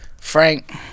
Frank